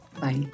Bye